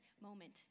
moment